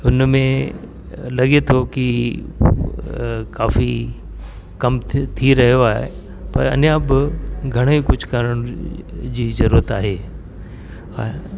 हुनमें लॻे थो की काफ़ी कम थी रहियो आहे पर अञा ब घणेई कुझु करण जी जरूरत आहे ऐं